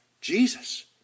Jesus